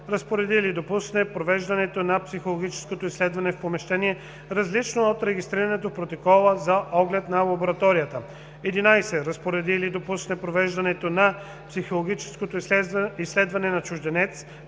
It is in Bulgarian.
разпореди или допусне провеждането на психологическото изследване в помещение, различно от регистрираното в протокола за оглед на лабораторията; 11. разпореди или допусне провеждането на психологическото изследване на чужденец